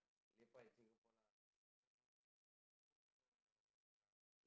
lepak in Singapore lah like where do you think jokkaana இடம்:idam lah